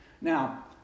Now